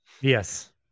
Yes